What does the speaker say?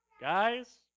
Guys